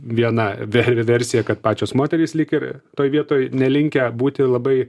viena ver versija kad pačios moterys lyg ir toj vietoj nelinkę būti labai